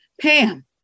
Pam